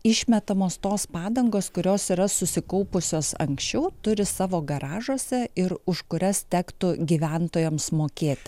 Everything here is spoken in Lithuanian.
išmetamos tos padangos kurios yra susikaupusios anksčiau turi savo garažuose ir už kurias tektų gyventojams mokėti